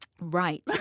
Right